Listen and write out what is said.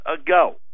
ago